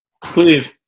Cleve